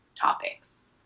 topics